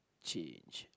change